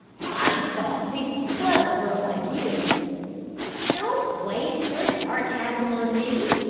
i thought a clever girl like you don't waste your sarcasm on me,